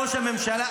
ראש הממשלה,